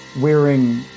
wearing